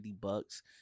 bucks